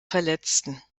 verletzten